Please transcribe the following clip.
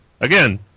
Again